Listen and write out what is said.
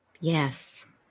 Yes